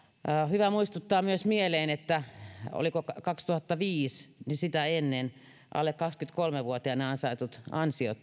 hyvä muistuttaa myös mieleen että oliko se kaksituhattaviisi jota ennen alle kaksikymmentäkolme vuotiaana ansaitut ansiot